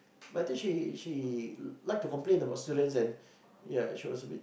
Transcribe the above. but I think she she like to complain about students and ya she was a bit